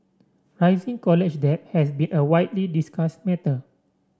rising college debt has been a widely discussed matter